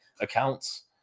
accounts